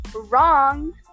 Wrong